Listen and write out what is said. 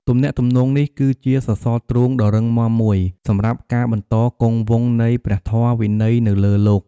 ទំនាក់ទំនងនេះគឺជាសសរទ្រូងដ៏រឹងមាំមួយសម្រាប់ការបន្តគង់វង្សនៃព្រះធម៌វិន័យនៅលើលោក។